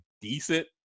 decent